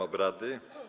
obrady.